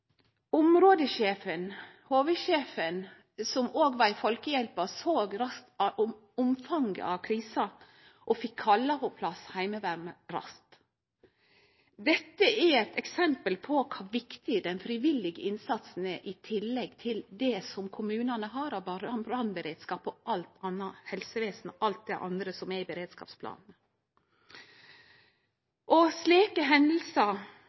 Områdesjefen, HV-sjefen – som òg var i Folkehjelpa – såg raskt omfanget av krisa og fekk kalla på plass Heimevernet. Dette er eit eksempel på kor viktig den frivillige innsatsen er i tillegg til det kommunane har av brannberedskap og helsevesen og alt det andre som er i beredskapsplanen. Slike